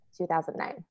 2009